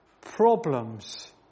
problems